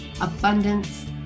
abundance